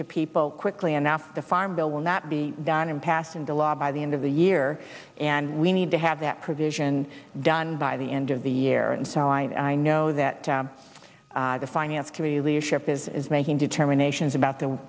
to people quickly enough the farm bill will not be done and passed into law by the end of the year and we need to have that provision done by the end of the year and so i know i know that the finance committee leadership is making determinations about the